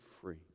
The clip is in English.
free